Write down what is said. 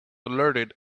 alerted